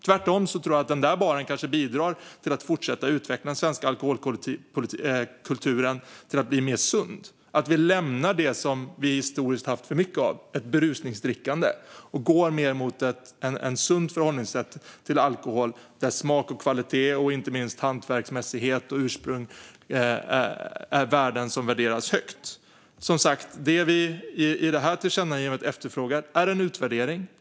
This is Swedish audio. Tvärtom tror jag att den där baren kan bidra till att fortsätta utveckla den svenska alkoholkulturen till att bli mer sund, så att vi lämnar det berusningsdrickande som vi historiskt haft för mycket av och går mot ett sundare förhållningssätt till alkohol, där smak, kvalitet och inte minst hantverksmässighet och ursprung är värden som hålls högt. Det vi efterfrågar i det här tillkännagivandet är som sagt en utvärdering.